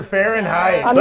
Fahrenheit